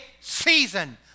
season